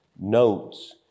notes